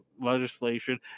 legislation